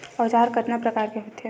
औजार कतना प्रकार के होथे?